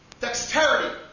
dexterity